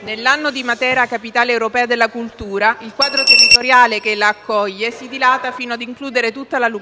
nell'anno di Matera capitale europea della cultura, il quadro territoriale che la accoglie si dilata fino ad includere tutta la Lucania.